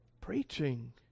preaching